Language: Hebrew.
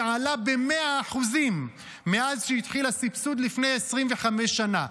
שעלה ב-100% מאז שהתחיל הסבסוד לפני 25 שנה,